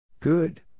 Good